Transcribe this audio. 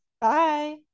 Bye